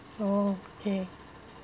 orh K